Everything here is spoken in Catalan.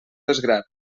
desgrat